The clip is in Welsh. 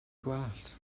gwallt